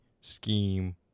scheme